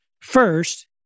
First